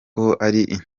yabaye